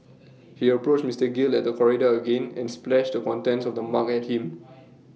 he approached Mister gill at the corridor again and splashed the contents of the mug at him